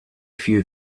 few